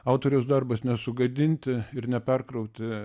autoriaus darbas nesugadinti ir neperkrauti